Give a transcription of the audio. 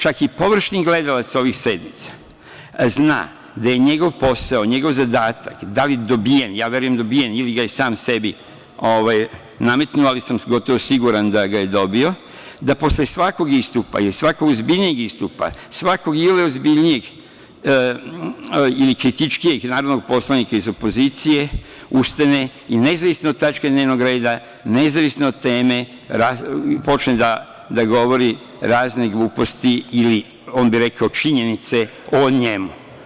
Čak i površni gledalac ovih sednica zna da je njegov posao, njegov zadatak, da li dobijen, ja verujem dobijen, ili ga je sam sebi nametnuo, ali sam gotovo siguran da ga je dobio, da posle svakog istupa ili svakog ozbiljnijeg istupa, svakog iole ozbiljnijeg ili kritičkijeg narodnog poslanika iz opozicije, ustane i nezavisno od tačke dnevnog reda, nezavisno od teme, počne da govori razne gluposti ili, on bi rekao, činjenice o njemu.